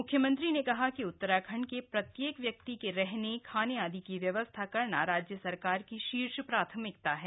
मुख्यमंत्री ने कहा कि उत्तराखंड के प्रत्येक व्यक्ति के रहने खाने आदि की व्यवस्था करना राज्य सरकार की शीर्ष प्राथमिकता है